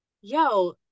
yo